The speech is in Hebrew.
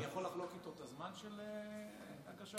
אני יכול לחלוק איתו את הזמן של הגשת האי-אמון?